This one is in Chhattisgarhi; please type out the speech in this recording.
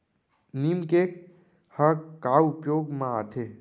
नीम केक ह का उपयोग मा आथे?